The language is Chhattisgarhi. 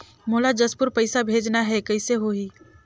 मोला जशपुर पइसा भेजना हैं, कइसे होही?